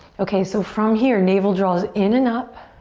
okay, so from here, navel draws in and up.